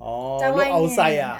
orh look outside ah